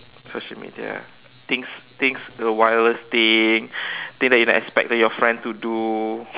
social media things things the wildest thing thing that you not expect that your friend to do